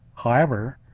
however,